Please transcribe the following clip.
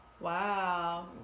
Wow